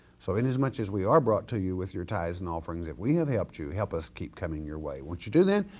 so in as much as we are brought to you with your tithes and offerings, if we have helped you help us keep coming your way, won't you do that?